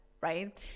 right